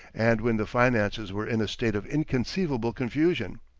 and when the finances were in a state of inconceivable confusion.